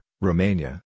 Romania